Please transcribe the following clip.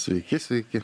sveiki sveiki